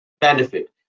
Benefit